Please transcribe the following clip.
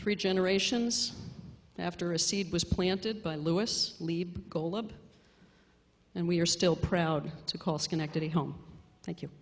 three generations after a seed was planted by louis lead golub and we're still proud to call schenectady home thank you